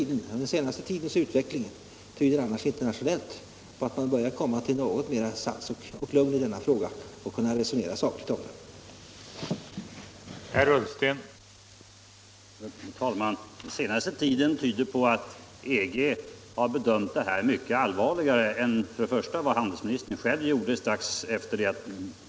Den senaste tidens utveckling tyder annars på att man internationellt börjar komma till något mer sans och lugn i denna fråga och börjar kunna resonera sakligt om den.